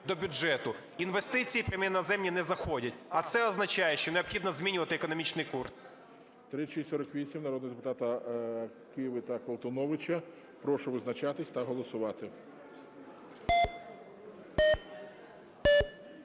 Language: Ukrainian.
до бюджету, інвестиції к нам іноземні не заходять. А це означає, що необхідно змінювати економічний курс.